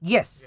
Yes